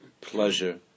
pleasure